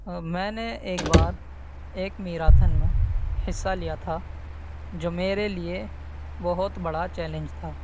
میں نے ایک بار ایک میراتھن میں حصہ لیا تھا جو میرے لیے بہت بڑا چیلنج تھا